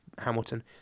Hamilton